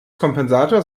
kompensator